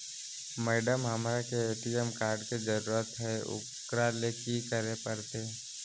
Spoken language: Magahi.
मैडम, हमरा के ए.टी.एम कार्ड के जरूरत है ऊकरा ले की की करे परते?